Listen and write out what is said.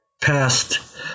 past